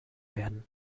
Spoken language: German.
werden